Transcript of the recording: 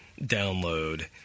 Download